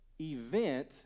event